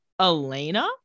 elena